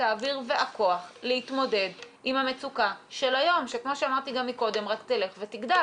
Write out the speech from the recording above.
האוויר והכוח להתמודד עם המצוקה של היום שרק תלך ותגדל.